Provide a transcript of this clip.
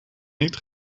niet